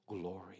glory